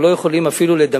יש קריסה,